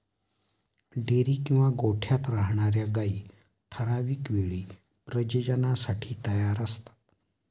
dairy किंवा गोठ्यात राहणार्या गायी ठराविक वेळी प्रजननासाठी तयार असतात